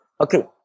Okay